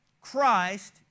Christ